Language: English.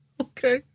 Okay